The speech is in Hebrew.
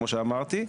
כמו שאמרתי,